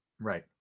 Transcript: Right